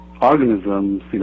organisms